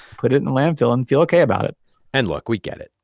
put it in the landfill and feel ok about it and, look we get it.